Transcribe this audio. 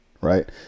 right